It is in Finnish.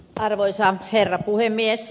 arvoisa herra puhemies